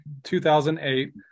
2008